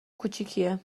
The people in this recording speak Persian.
کوچیکیه